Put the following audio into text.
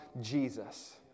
Jesus